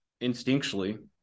instinctually